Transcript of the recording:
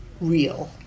real